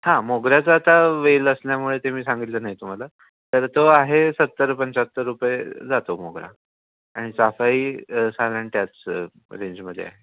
हां मोगऱ्याचा आता वेल असल्यामुळे ते मी सांगितलं नाही तुम्हाला तर तो आहे सत्तर पंच्याहत्तर रुपये जातो मोगरा आणि चाफाही साधारण त्याच रेंजमध्ये आहे